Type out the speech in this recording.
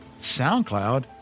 SoundCloud